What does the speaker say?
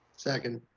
second.